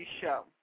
show